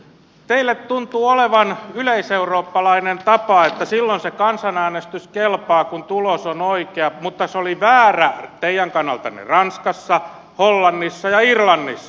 teille tuntuu olevan yleiseurooppalainen tapa että silloin se kansanäänestys kelpaa kun tulos on oikea mutta se oli väärä teidän kannaltanne ranskassa hollannissa ja irlannissa